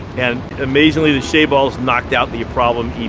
and amazingly, the shade balls knocked out the problem